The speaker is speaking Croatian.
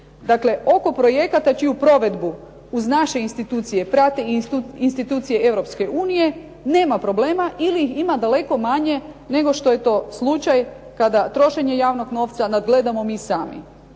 Dakle, oko projekata čiju provedbu uz naše institucije prate i institucije Europske unije, nema problema ili ima daleko manje nego što je to slučaj kada trošenje javnog novca nadgledamo mi sami.